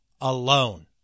alone